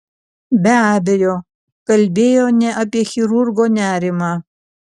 be abejo kalbėjo ne apie chirurgo nerimą